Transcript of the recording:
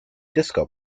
disco